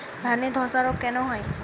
ধানে ধসা রোগ কেন হয়?